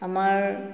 আমাৰ